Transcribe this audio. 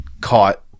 caught